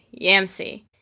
Yamsi